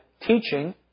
teaching